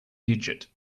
digit